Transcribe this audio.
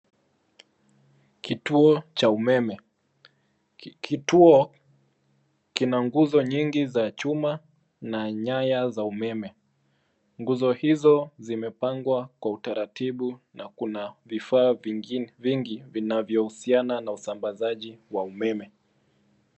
Kituo cha umeme. Kituo kina nguzo nyingi za chuma na nyaya za umeme. Nguzo hizo zimepangwa kwa utaratibu na kuna vifaa vingine vingi vinavyohusiana na usambazaji wa umeme.